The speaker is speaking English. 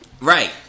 Right